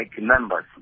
members